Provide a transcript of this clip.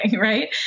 right